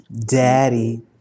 Daddy